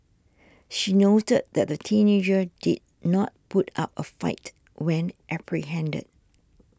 she noted that the teenager did not put up a fight when apprehended